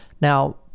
Now